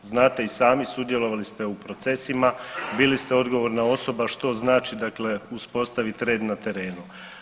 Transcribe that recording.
Znate i sami sudjelovali ste u procesima, bili ste odgovorna osoba što znači dakle uspostavit red na terenu.